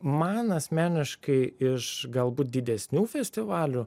man asmeniškai iš galbūt didesnių festivalių